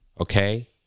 okay